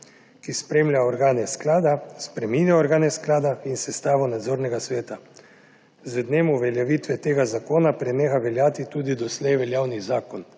ki spremlja organe sklada, spreminja organe sklada in sestavo nadzornega sveta. Z dnem uveljavitve tega zakona preneha veljati tudi doslej veljavni zakon.